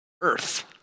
Earth